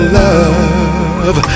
love